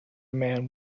man